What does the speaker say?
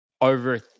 over –